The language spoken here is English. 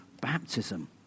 baptism